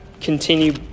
continue